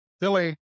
Billy